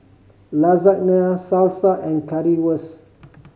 Lasagna Salsa and Currywurst